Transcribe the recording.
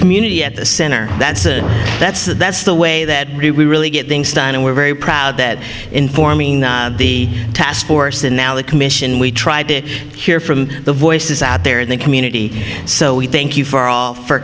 community at the center that's that's that's the way that we really get things done and we're very proud that in forming the task force and now the commission we tried to hear from the voices out there in the community so we thank you for all for